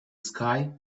sky